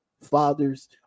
fathers